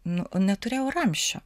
nu neturėjau ramsčio